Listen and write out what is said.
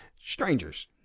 strangers